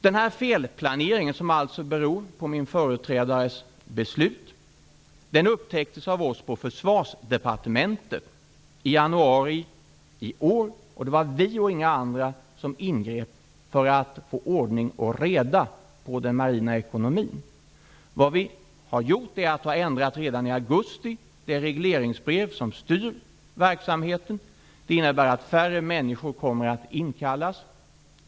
Den här felplaneringen, som alltså beror på min företrädares beslut, upptäcktes av oss på Försvarsdepartementet i januari i år. Det var vi och inga andra som ingrep för att få ordning och reda på den marina ekonomin. Vad vi har gjort är att redan i augusti ha ändrat det regleringsbrev som styr verksamheten. Det innebär att färre människor kommer att inkallas.